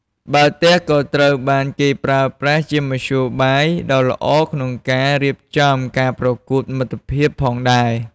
បាល់ទះក៏ត្រូវបានគេប្រើប្រាស់ជាមធ្យោបាយដ៏ល្អក្នុងការរៀបចំការប្រកួតមិត្តភាពផងដែរ។